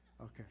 Okay